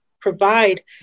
provide